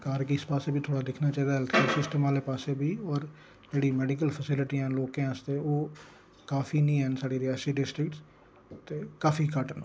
सरकार गी इस पास्सै बी थोह्ड़ा दिक्खना चाहिदा हैल्थ केयर सिसटम आह्ले पास्सै बी और जेह्ड़ी मैडिकल फैसिलिटियां न लोकें आस्तै ते ओह् काफी निं हैन साढी रियासी डिस्ट्रिक्ट ते काफी घट्ट न